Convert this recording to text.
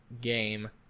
game